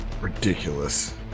ridiculous